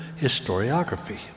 historiography